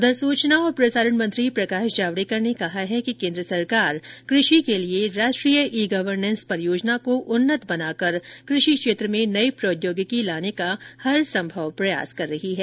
वहीं सुचना और प्रसारण मंत्री प्रकाश जावड़ेकर ने कहा है कि केन्द्र सरकार कृषि के लिए राष्ट्रीय ई गवर्नेस परियोजना को उन्नत बनाकर कृषि क्षेत्र में नई प्रौद्योगिकी लाने का हरसंभव प्रयास कर रही है